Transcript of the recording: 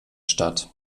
statt